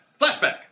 Flashback